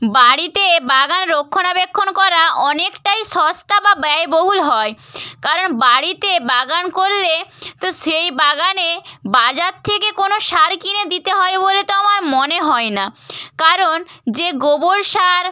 বাড়িতে বাগান রক্ষণাবেক্ষণ করা অনেকটাই সস্তা বা ব্যয় বহুল হয় কারণ বাড়িতে বাগান করলে তো সেই বাগানে বাজার থেকে কোনো সার কিনে দিতে হয় বলে তো আমার মনে হয় না কারণ যে গোবর সার